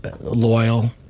Loyal